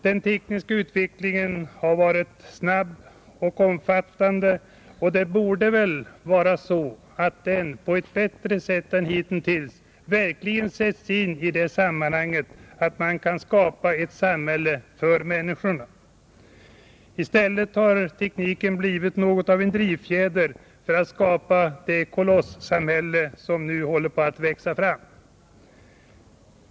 Den tekniska utvecklingen har varit snabb och omfattande, och det borde väl vara så att den på ett bättre sätt än hitintills verkligen sätts in i ett sådant sammanhang att man kan skapa ett bättre samhälle för människorna. I stället har tekniken blivit något av en drivfjäder för att skapa det kolossamhälle som nu håller på att växa fram.